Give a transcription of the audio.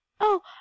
Oh